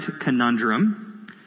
conundrum